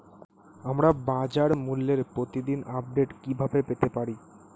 আমরা বাজারমূল্যের প্রতিদিন আপডেট কিভাবে পেতে পারি?